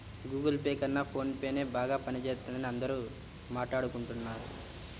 Google Pay కన్నా ఫోన్ పేనే బాగా పనిజేత్తందని అందరూ మాట్టాడుకుంటన్నారు